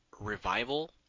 revival